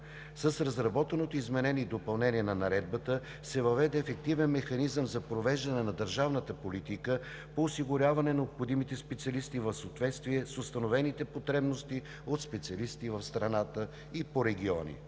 С разработеното изменение и допълнение на Наредбата се въведе ефективен механизъм за провеждане на държавната политика по осигуряване на необходимите специалисти в съответствие с установените потребности от специалисти в страната и по региони.